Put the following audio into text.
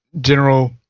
general